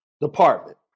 department